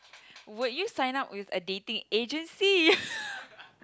would you sign up with a dating agency